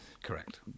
Correct